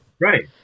Right